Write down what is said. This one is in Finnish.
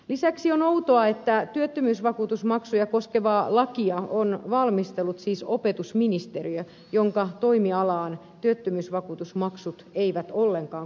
lisäksi on outoa että työttömyysvakuutusmaksuja koskevaa lakia on valmistellut siis opetusministeriö jonka toimialaan työttömyysvakuutusmaksut eivät ollenkaan kuulu